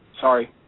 Sorry